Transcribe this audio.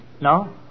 No